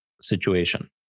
situation